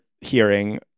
hearing